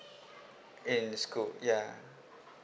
in school yeah